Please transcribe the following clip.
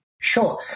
Sure